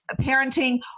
parenting